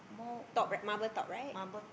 top right marble top right